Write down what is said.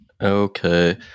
Okay